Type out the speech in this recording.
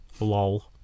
Lol